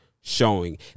showing